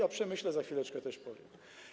O przemyśle za chwileczkę też powiem.